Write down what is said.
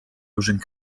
using